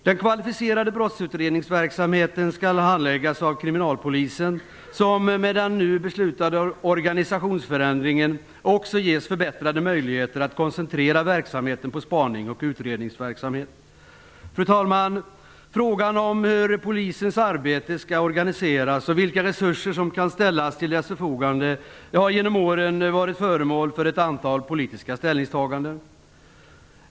Den kvalificerade brottsutredningsverksamheten skall handläggas av kriminalpolisen som med den nu beslutade organisationsändringen också ges förbättrade möjligheter att koncentrera verksamheten på spaning och utredningsverksamhet. Fru talman! Frågan om hur Polisens arbete skall organiseras och vilka resurser som kan ställas till dess förfogande har genom åren varit föremål för ett antal politiska ställningstaganden.